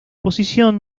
posición